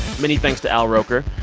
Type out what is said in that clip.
many thanks to al roker.